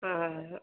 ஆ ஆ